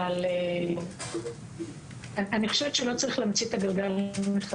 אבל אני חושבת שלא צריך להמציא את הגלגל מחדש.